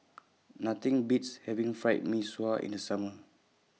Nothing Beats having Fried Mee Sua in The Summer